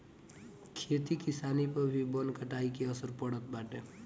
खेती किसानी पअ भी वन कटाई के असर पड़त बाटे